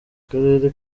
akarere